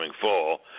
fall